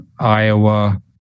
iowa